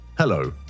Hello